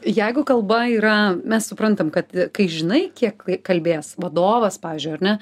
jeigu kalba yra mes suprantam kad kai žinai kiek kalbės vadovas pavyzdžiui ar ne